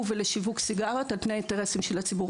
ולשיווק סיגריות על פני אינטרסים של הציבור.